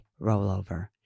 rollover